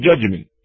judgment